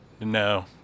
no